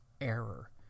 error